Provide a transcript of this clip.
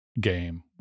game